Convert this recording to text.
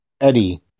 Eddie